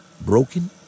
broken